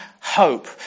hope